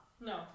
No